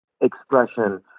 expression